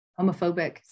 homophobic